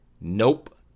Nope